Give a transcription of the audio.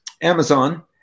Amazon